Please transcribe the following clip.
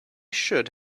should